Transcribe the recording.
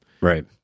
Right